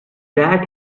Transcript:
that